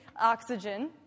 oxygen